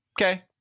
Okay